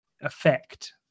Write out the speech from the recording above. affect